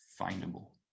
findable